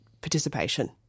participation